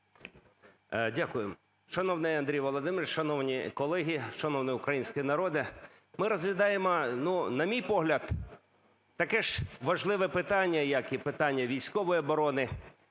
Дякую. Шановний Андрій Володимирович, шановні колеги, шановний український народе, ми розглядаємо, на мій погляд, таке ж важливе питання як і питання військової оборони,